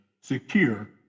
secure